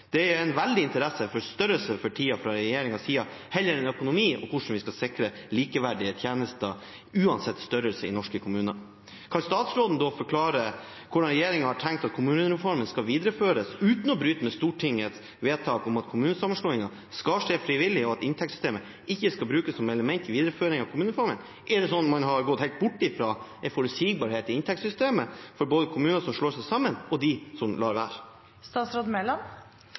Det er fra regjeringens side for tiden en veldig interesse for størrelse – heller enn for økonomi og hvordan vi skal sikre likeverdige tjenester uansett størrelse i norske kommuner. Kan statsråden da forklare hvordan regjeringen har tenkt at kommunereformen skal videreføres uten å bryte med Stortingets vedtak om at kommunesammenslåingen skal skje frivillig, og at inntektssystemet ikke skal brukes som element i videreføringen av kommunereformen? Er det sånn at man har gått helt bort fra en forutsigbarhet i inntektssystemet både for kommuner som slår seg sammen, og for dem som lar være?